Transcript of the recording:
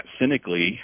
cynically